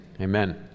amen